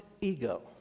ego